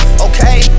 okay